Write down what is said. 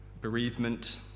bereavement